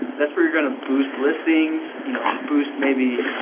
that's where you're going to boost listings, you know boost maybe